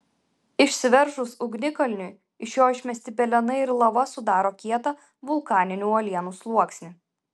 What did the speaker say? išsiveržus ugnikalniui iš jo išmesti pelenai ir lava sudaro kietą vulkaninių uolienų sluoksnį